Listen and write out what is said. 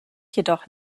jedoch